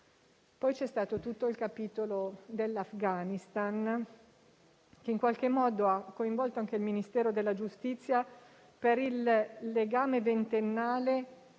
Poi, c'è stato tutto il capitolo dell'Afghanistan che ha coinvolto anche il Ministero della giustizia per il legame ventennale che